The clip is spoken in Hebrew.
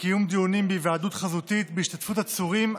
לקיום דיונים בהיוועדות חזותית בהשתתפות עצורים,